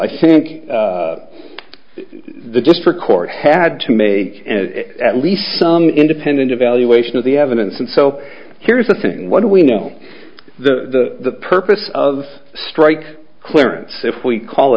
i think the district court had to make at least some independent evaluation of the evidence and so here's the thing what do we know the purpose of strike clearance if we call